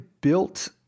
built